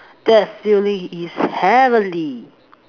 that's feeling is heavenly